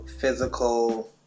physical